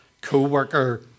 co-worker